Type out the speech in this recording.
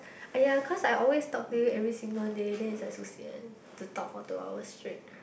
!aiya! cause I always talk to you every single day then it's like so sian to talk for two hours straight